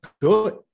good